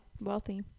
Wealthy